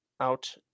out